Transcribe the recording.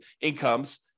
incomes